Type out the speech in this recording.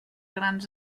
grans